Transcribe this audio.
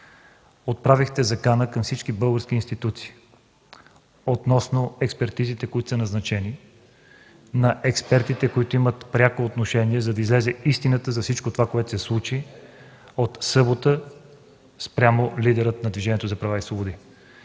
отправихте закана към всички български институции относно експертизите, които са назначени; на експертите, които имат пряко отношение, за да излезе истината за всичко, което се случи от събота спрямо лидера на Движението за права и свободи.